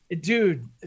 dude